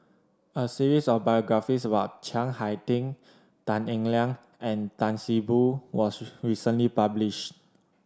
a series of biographies about Chiang Hai Ding Tan Eng Liang and Tan See Boo was recently published